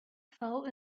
fell